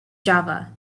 java